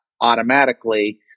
automatically